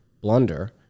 blunder